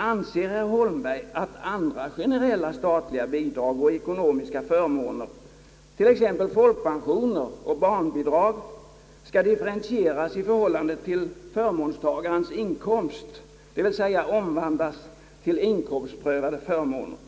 Anser herr Holmberg att andra generella statliga bidrag och ekonomiska förmåner, t.ex. folkpensioner och barnbidrag, skall differentieras i förhållande till förmånstagarens inkomst, d. v. s. omvandlas till inkomstprövade förmåner?